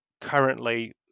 currently